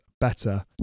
better